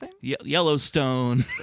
Yellowstone